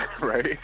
Right